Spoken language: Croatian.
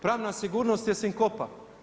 Pravna sigurnost je sinkopa.